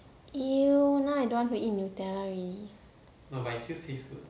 !eww! now I don't want to eat nutella already